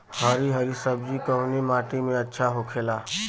हरी हरी सब्जी कवने माटी में अच्छा होखेला?